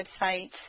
websites